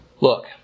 Look